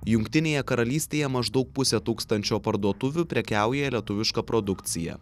jungtinėje karalystėje maždaug pusė tūkstančio parduotuvių prekiauja lietuviška produkcija